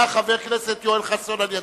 היה חבר כנסת יואל חסון על-ידי.